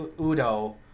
Udo